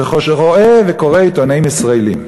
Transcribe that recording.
ורואה וקורא עיתונים ישראליים.